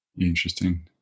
Interesting